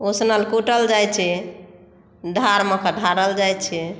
उसनल कुटल जाइत छै धारमे कऽ धरल जाइत छै